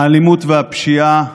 האלימות והפשיעה,